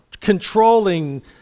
controlling